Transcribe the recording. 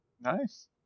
Nice